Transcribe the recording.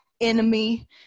enemy